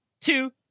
two